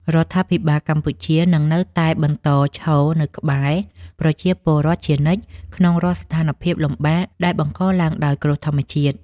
រដ្ឋាភិបាលកម្ពុជានឹងនៅតែបន្តឈរនៅក្បែរប្រជាពលរដ្ឋជានិច្ចក្នុងរាល់ស្ថានភាពលំបាកដែលបង្កឡើងដោយគ្រោះធម្មជាតិ។